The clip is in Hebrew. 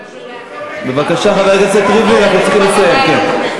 חבר הכנסת לוין, תסתכל על הזמן.